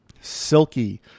silky